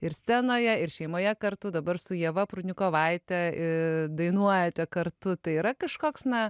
ir scenoje ir šeimoje kartu dabar su ieva prudnikovaite i dainuojate kartu tai yra kažkoks na